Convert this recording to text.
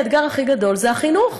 האתגר הכי גדול זה החינוך,